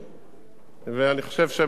אני חושב שמהבחינה הזאת